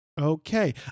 Okay